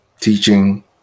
teaching